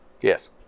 Yes